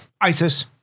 ISIS